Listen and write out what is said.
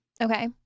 Okay